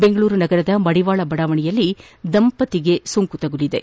ಬೆಂಗಳೂರು ನಗರದ ಮಡಿವಾಳ ಬಡಾವಣೆಯಲ್ಲಿ ದಂಪತಿಗೆ ಸೋಂಕು ತಗುಲಿದೆ